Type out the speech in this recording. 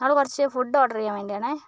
ഞങ്ങൾ കുറച്ച് food order ചെയ്യാൻ വേണ്ടിയാണേ